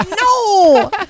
no